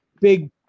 big